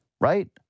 Right